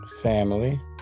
family